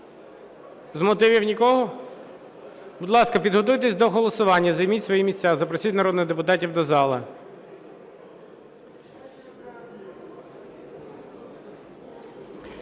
З мотивів нікого? Будь ласка, підготуйтесь до голосування, займіть свої місця. Запросіть народних депутатів до зали.